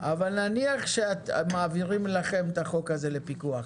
--- נניח שמעבירים לכם את החוק הזה לפיקוח,